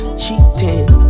cheating